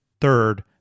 Third